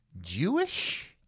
Jewish